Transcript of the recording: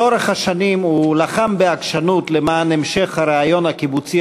לאורך השנים הוא לחם בעקשנות למען המשך הרעיון הקיבוצי